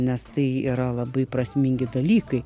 nes tai yra labai prasmingi dalykai